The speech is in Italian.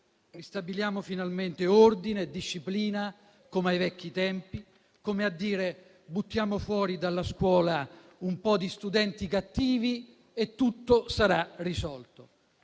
ristabiliamo ordine e disciplina come ai vecchi tempi; come a dire: buttiamo fuori dalla scuola un po' di studenti cattivi, e così tutto sarà risolto.